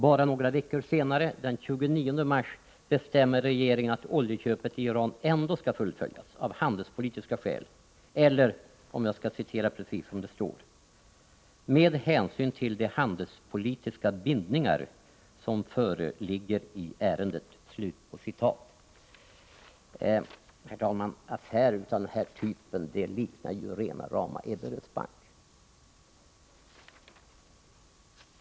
Bara några veckor senare, den 29 mars, bestämde regeringen att oljeköpet i Iran ändå skulle fullföljas, av handelspolitiska skäl eller, för att citera det precis som det står, ”med hänsyn till de handelspolitiska bindningar som föreligger i ärendet”. Affärer av den typen är ju rena rama Ebberöds bank!